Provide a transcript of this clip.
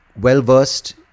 well-versed